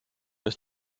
ist